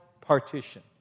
partition